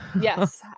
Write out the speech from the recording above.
Yes